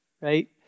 right